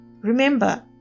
Remember